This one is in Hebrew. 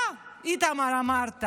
אתה, איתמר, אמרת